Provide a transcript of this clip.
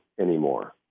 anymore